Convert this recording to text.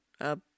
up